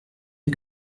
die